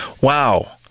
Wow